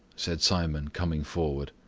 said simon, coming forward.